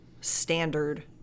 standard